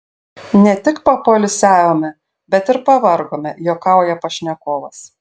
ne tik papoilsiavome bet ir pavargome juokauja pašnekovas